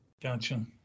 gotcha